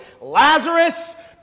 Lazarus